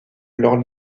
leurs